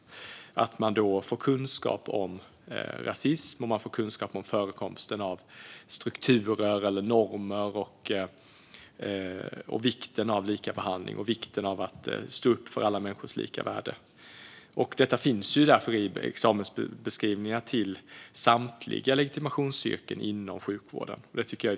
Man ska då få kunskap om rasism, om förekomsten av strukturer och normer och om vikten av likabehandling och av att stå upp för alla människors lika värde. Detta finns därför med i examensbeskrivningarna för samtliga legitimationsyrken inom sjukvården.